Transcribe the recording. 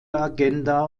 agenda